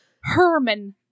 Herman